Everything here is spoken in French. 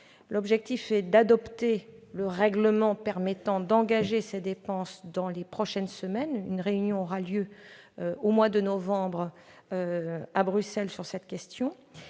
L'objectif est d'adopter le règlement permettant d'engager ces dépenses dans les prochaines semaines ; une réunion aura lieu au mois de novembre à Bruxelles sur cette question.